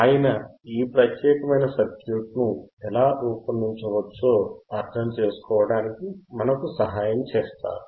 ఆయన ఈ ప్రత్యేకమైన సర్క్యూట్ను ఎలా రూపొందించవచ్చో అర్థం చేసుకోవడానికి మనకు సహాయం చేస్తారు